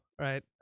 right